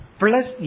plus